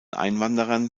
einwanderern